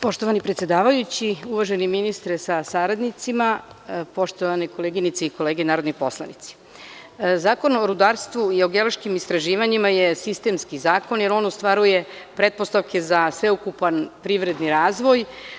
Poštovani predsedavajući, uvaženi ministre sa saradnicima, poštovane koleginice i kolege narodni poslanici, Zakon o rudarstvu i geološkim istraživanjima je sistemski zakon, jer on ostvaruje pretpostavke za sveukupna privredni razvoj.